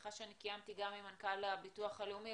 משיחה שקיימתי גם עם מנכ"ל הביטוח הלאומי,